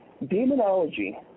Demonology